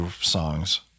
songs